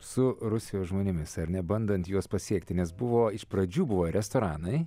su rusijos žmonėmis ar ne bandant juos pasiekti nes buvo iš pradžių buvo restoranai